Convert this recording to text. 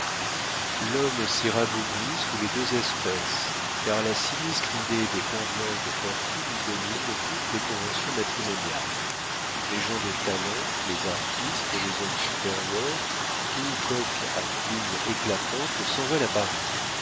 l'homme s'y rabougrit sous les deux espèces car la sinistre idée des convenances de fortune y domine toutes les conventions matrimoniales les gens de talent les artistes les hommes supérieurs tout coq à plumes éclatantes s'envole à paris